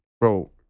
Bro